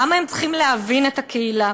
למה הם צריכים להבין את הקהילה?